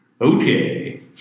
okay